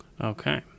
okay